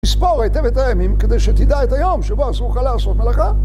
מספור היטב את הימים כדי שתדע את היום שבו אסור לך לעשות מלאכה